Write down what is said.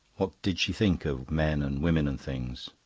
what did she think of men and women and things?